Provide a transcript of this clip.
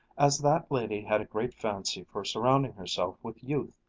as that lady had a great fancy for surrounding herself with youth,